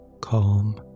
Calm